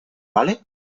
vale